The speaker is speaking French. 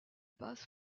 passe